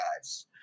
guys